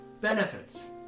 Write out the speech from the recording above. Benefits